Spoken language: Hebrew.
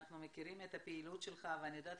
אנחנו מכירים את הפעילות שלך ואני יודעת